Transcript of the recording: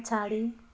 पछाडि